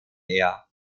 air